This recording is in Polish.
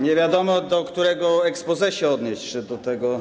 Nie wiadomo, do którego exposé się odnieść: czy do tego.